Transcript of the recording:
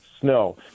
snow